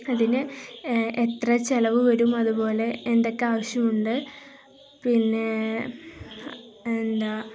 അതിന് എത്ര ചെലവു വരും അതുപോലെ എന്തൊക്കെ ആവശ്യമുണ്ട് പിന്നെ എന്താണ്